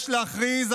יש להכריז,